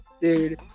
dude